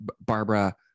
Barbara